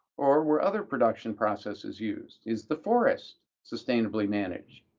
or were other production processes used? is the forest sustainably managed?